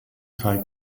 teil